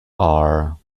are